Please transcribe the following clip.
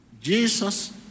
Jesus